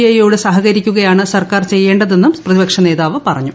ഐയോട് സഹകരിക്കുകയാണ് സർക്കാർ ചെയ്യേണ്ടതെന്ന് പ്രതിപക്ഷ നേതാവ് പറഞ്ഞു